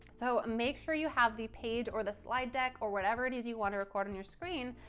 so make sure you have the page or the slide deck or whatever it is you want to record on your screen.